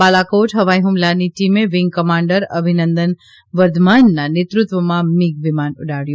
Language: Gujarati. બાલાકોટ ફવાઇ ફ્મલાની ટીમે વિંગ કમાન્ડર અભિનંદન વર્ધમાનના નેતૃત્વમાં મિગ વિમાન ઉડાડ્યું